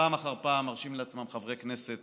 פעם אחר פעם מרשים לעצמם חברי כנסת